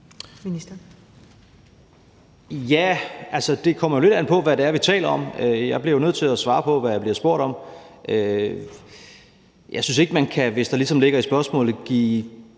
Det kommer jo lidt an på, hvad vi taler om. Jeg bliver jo nødt til at svare på, hvad jeg bliver spurgt om. Jeg synes ikke, at man – hvis der ligesom ligger det i